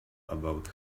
about